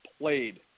played